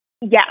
Yes